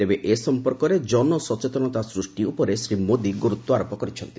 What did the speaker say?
ତେବେ ଏ ସଂପର୍କରେ ଜନସଚେତନତା ସୃଷ୍ଟି ଉପରେ ଶ୍ରୀ ମୋଦି ଗୁରୁତ୍ୱାରୋପ କରିଛନ୍ତି